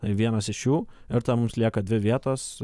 vienas iš jų ir tam lieka dvi vietos